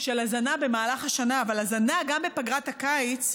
של הזנה הן במהלך השנה, אבל הזנה בפגרת הקיץ,